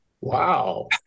Wow